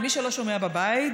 למי שלא שומע בבית,